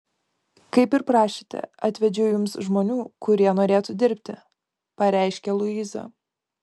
kaip ir prašėte atvedžiau jums žmonių kurie norėtų dirbti pareiškia luiza